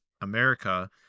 America